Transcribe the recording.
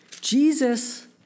Jesus